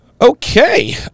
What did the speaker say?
Okay